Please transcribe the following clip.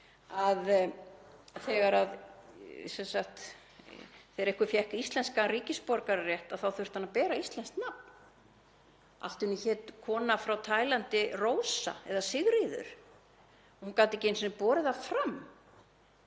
að þegar einhver fékk íslenskan ríkisborgararétt þá þurfti hann að bera íslenskt nafn. Allt í einu hét kona frá Taílandi Rósa eða Sigríður, og hún gat ekki einu sinni borið það fram.